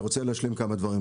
אני רוצה להשלים כמה דברים.